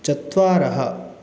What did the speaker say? चत्वारः